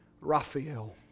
Raphael